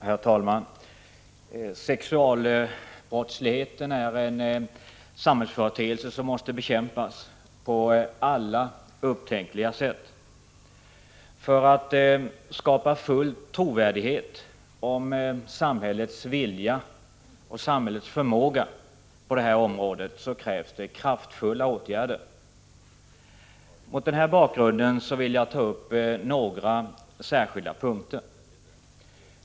Herr talman! Sexualbrottsligheten är en samhällsföreteelse som måste bekämpas på alla upptänkliga sätt. För att skapa full trovärdighet om samhällets vilja och förmåga på det här området krävs det kraftfulla åtgärder. Mot denna bakgrund vill jag ta upp några särskilda punkter.